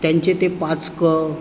त्यां त्यांचे ते पाचकं